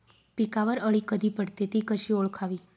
पिकावर अळी कधी पडते, ति कशी ओळखावी?